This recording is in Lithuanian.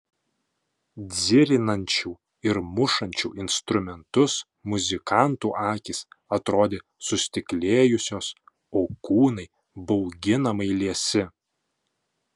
dzirinančių ir mušančių instrumentus muzikantų akys atrodė sustiklėjusios o kūnai bauginamai liesi